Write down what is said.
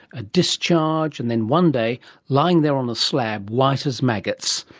a discharge, and then one day lying there on a slab, white as maggots,